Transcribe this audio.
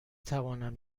توانم